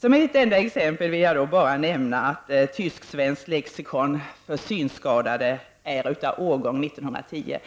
Jag vill anföra ett enda exempel: Det tysk-svenska lexikon som finns för synskadade är av årgång 1910!